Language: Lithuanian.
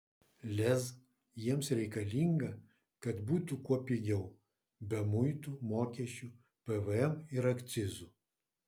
lez jiems reikalinga kad būtų kuo pigiau be muitų mokesčių pvm ir akcizų